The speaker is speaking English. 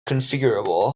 configurable